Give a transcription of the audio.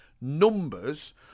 numbers